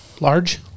large